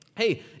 Hey